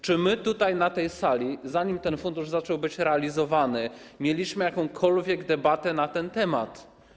Czy my na tej sali, zanim ten fundusz zaczął być realizowany, mieliśmy jakąkolwiek debatę na ten temat?